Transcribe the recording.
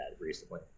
recently